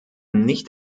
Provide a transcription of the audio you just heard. nicht